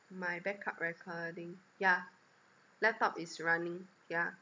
my backup recording yeah laptop is running yeah